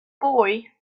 boy